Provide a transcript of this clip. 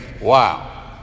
wow